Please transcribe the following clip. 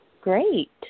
Great